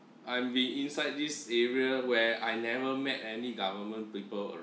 I'm be inside this area where I never met any government people uh